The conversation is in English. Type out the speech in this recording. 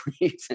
reason